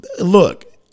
Look